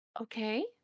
Okay